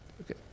Okay